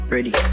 Ready